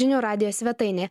žinių radijo svetainėje